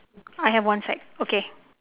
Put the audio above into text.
I have one sack okay